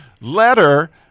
letter